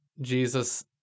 Jesus